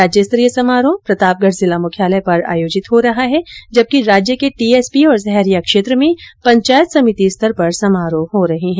राज्य स्तरीय समारोह प्रतापगढ जिला मुख्यालय पर आयोजित हो रहा है जबकि राज्य के टीएसपी और सहरिया क्षेत्र में पंचायत समिति स्तर पर समारोह हो रहे है